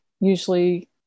usually